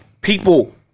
people